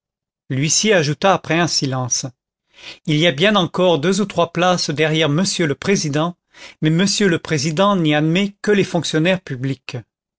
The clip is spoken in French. l'huissier ajouta après un silence il y a bien encore deux ou trois places derrière monsieur le président mais monsieur le président n'y admet que les fonctionnaires publics